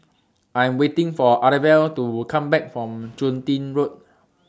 I Am waiting For Arvel to Come Back from Chun Tin Road